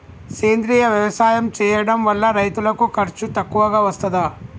సేంద్రీయ వ్యవసాయం చేయడం వల్ల రైతులకు ఖర్చు తక్కువగా వస్తదా?